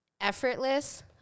effortless